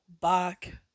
back